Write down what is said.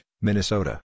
Minnesota